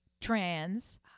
trans